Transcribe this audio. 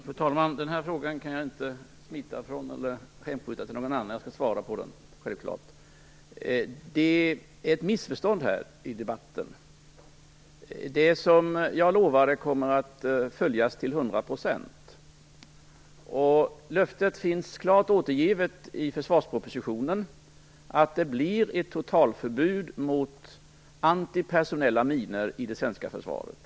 Fru talman! Den här frågan kan jag inte smita ifrån eller hänskjuta till någon annan. Jag skall självfallet svara på den. Det finns ett missförstånd i denna debatt. Det som jag har lovat kommer att följas till 100 %. Löftet finns klart återgivet i försvarspropositionen. För det första blir det ett totalförbud mot antipersonella minor i det svenska försvaret.